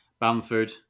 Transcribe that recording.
Bamford